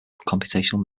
computational